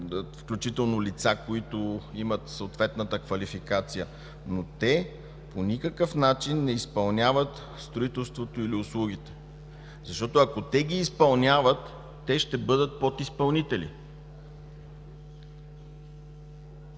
включително лица, които имат съответната квалификация, но те по никакъв начин не изпълняват строителството или услугите. Защото ако те ги изпълняват, ще бъдат подизпълнители.